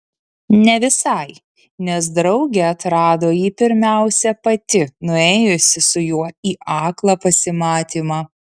ne visai nes draugė atrado jį pirmiausia pati nuėjusi su juo į aklą pasimatymą